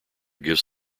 gives